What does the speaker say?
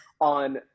on –